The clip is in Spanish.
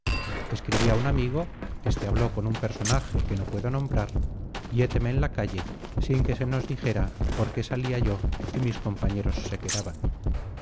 a un amigo este habló con un personaje que no puedo nombrar y héteme en la calle sin que se nos dijera por qué salía yo y mis compañeros se quedaban